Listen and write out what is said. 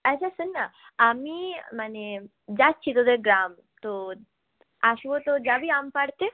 আচ্ছা শোন না আমি মানে যাচ্ছি তোদের গ্রাম তো আসব তো যাবি আম পাড়তে